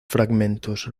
fragmentos